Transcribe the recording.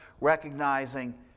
recognizing